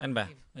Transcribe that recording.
אין בעיה.